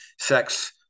sex